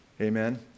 amen